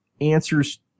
answers